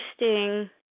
interesting